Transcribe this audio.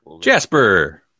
Jasper